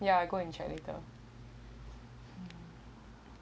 ya I go and check later